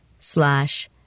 Slash